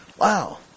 wow